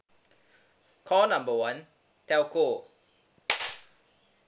call number one telco